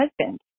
husband